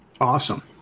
Awesome